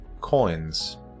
coins